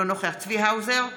אינו נוכח צבי האוזר,